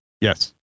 Yes